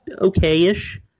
okay-ish